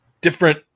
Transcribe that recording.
different